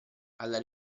alla